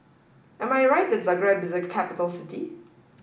am I right that Zagreb is a capital city